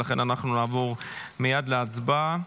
ולכן נעבור מייד להצבעה.